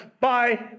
Bye